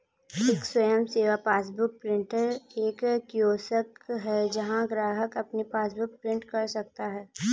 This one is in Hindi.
एक स्वयं सेवा पासबुक प्रिंटर एक कियोस्क है जहां ग्राहक अपनी पासबुक प्रिंट कर सकता है